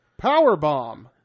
Powerbomb